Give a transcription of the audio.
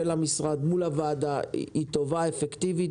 המשרד מול הוועדה היא טובה ואפקטיבית,